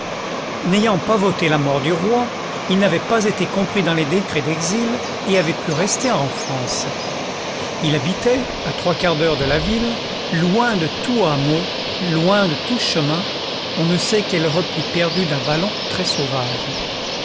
n'ayant pas voté la mort du roi il n'avait pas été compris dans les décrets d'exil et avait pu rester en france il habitait à trois quarts d'heure de la ville loin de tout hameau loin de tout chemin on ne sait quel repli perdu d'un vallon très sauvage